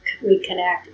reconnect